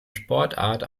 sportart